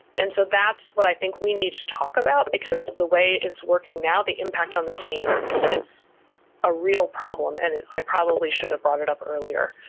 and so that's what i think we need to talk about because the way it's working now, the impact on the team is a real problem. and i probably should have brought it up earlier,